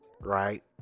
right